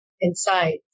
inside